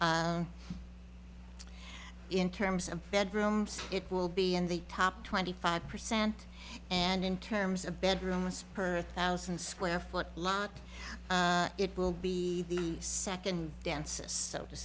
ratio in terms of bedrooms it will be in the top twenty five percent and in terms of bedrooms perth thousand square foot lot it will be the second dances so to